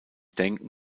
denken